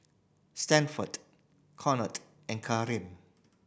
Stanford Conor and Kareem